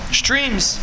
streams